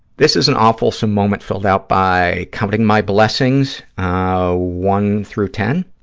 this is an awfulsome moment filled out by counting my blessings one through ten,